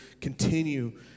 continue